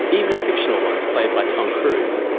even fictional ones played by tom cruise,